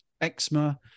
eczema